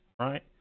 right